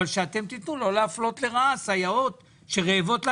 שאתם תיתנו לא להפלות לרעה סייעות שרעבות ללחם.